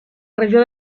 regió